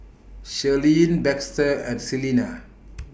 Shirleen Baxter and Celena